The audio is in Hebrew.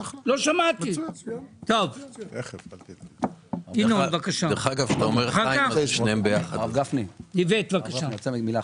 אין בהסכם הקואליציוני שום בקשה,